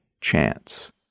chance